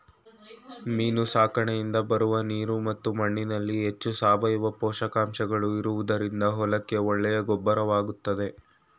ಮೀನು ಸಾಕಣೆಯಿಂದ ಬರುವ ನೀರು ಮತ್ತು ಮಣ್ಣಿನಲ್ಲಿ ಹೆಚ್ಚು ಸಾವಯವ ಪೋಷಕಾಂಶಗಳು ಇರುವುದರಿಂದ ಹೊಲಕ್ಕೆ ಒಳ್ಳೆಯ ಗೊಬ್ಬರವಾಗುತ್ತದೆ